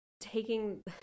taking